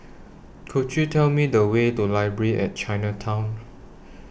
Could YOU Tell Me The Way to Library At Chinatown